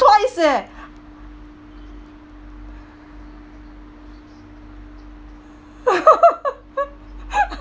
twice leh